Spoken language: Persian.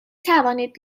توانید